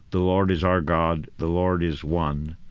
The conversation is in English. the lord is our god. the lord is one.